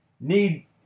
need